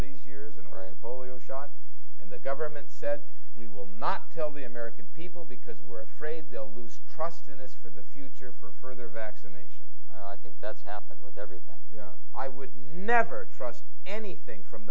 these years and polio shot and the government said we will not tell the american people because we're afraid they'll lose trust in us for the future for their vaccination i think that's happened with everything i would never trust anything from